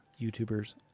YouTubers